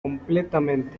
completamente